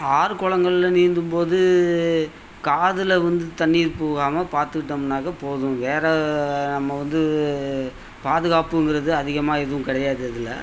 ஆறு குளங்கள்ல நீந்தும்போது காதில் வந்து தண்ணீர் புகாம பார்த்துக்கிட்டோம்ன்னாக்கா போதும் வேறு நம்ம வந்து பாதுகாப்புங்கிறது வந்து அதிகமாக எதுவும் கிடையாது அதில்